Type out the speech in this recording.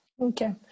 Okay